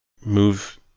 move